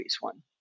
one